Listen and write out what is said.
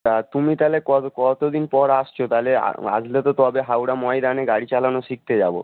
তা তুমি তাহলে কবে কতদিন পর আসছ তাহলে আ আসলে তো তবে হাওড়া ময়দানে গাড়ি চালানো শিখতে যাব